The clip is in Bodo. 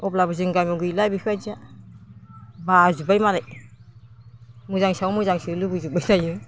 अब्लाबो जोंनि गामियाव गैला बेफोरबायदिया बाजोबबाय मालाय मोजांनि सायाव मोजांसो लुगैजोबबाय थायो